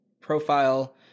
profile